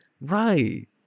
Right